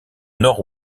nord